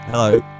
Hello